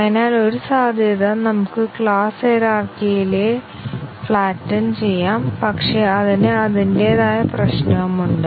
അതിനാൽ ഒരു സാധ്യത നമുക്ക് ക്ലാസ് ഹയിരാർക്കിയെ ഫ്ലാറ്റെൻ ചെയ്യാം പക്ഷേ അതിന് അതിന്റേതായ പ്രശ്നവുമുണ്ട്